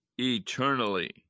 eternally